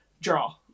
draw